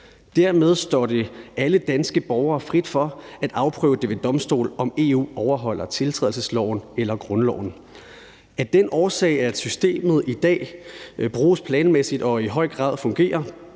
Dermed står det alle danske borgere frit for at afprøve det ved domstolen, om EU overholder tiltrædelsesloven eller grundloven. Af den årsag, at systemet i dag bruges planmæssigt og i høj grad fungerer,